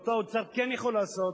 ואותו האוצר כן יכול לעשות,